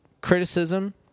criticism